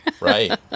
Right